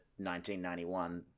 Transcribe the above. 1991